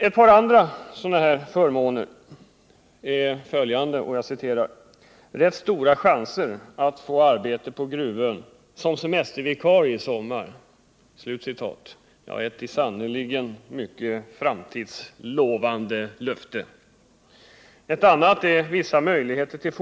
Ett par andra ”förmåner” är följande: ”Rätt stora chanser att få arbete på Gruvön som semestervikarie i sommar.” Det är sannerligen ett mycket lovande löfte för framtiden!